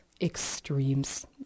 extremes